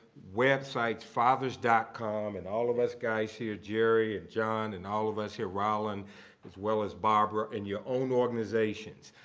websites, fathers com, and all of us guys here, jerry and john and all of us here, roland as well as barbara and your own organizations.